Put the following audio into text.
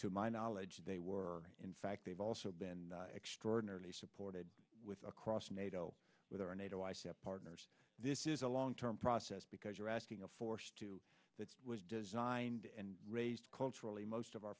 to my knowledge they were in fact they've also been extraordinarily supported with across nato with our nato i said partners this is a long term process because you're asking a force to that was designed and raised culturally most of our